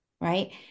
right